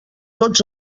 tots